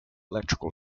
electrical